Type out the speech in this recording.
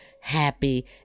happy